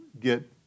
get